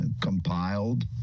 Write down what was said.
compiled